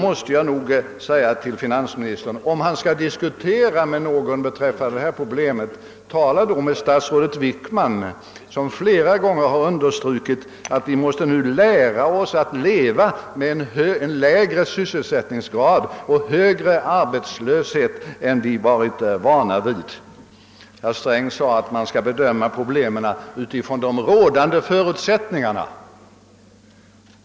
Låt mig tillfoga att om finansministern skall diskutera med någon om detta problem, så bör han tala med statsrådet Wickman, som nyligen flera gånger har understrukit att vi måste lära oss att leva med en lägre sysselsättningsgrad och högre arbetslöshet än vi varit vana vid. Herr Sträng framhöll i annat sammanhang att man måste bedöma problemen utifrån de rådande förutsättningarna.